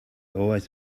always